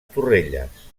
torrelles